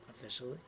officially